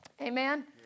Amen